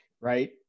right